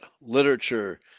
literature